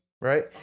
right